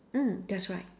mm that's right